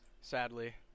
sadly